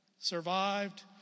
survived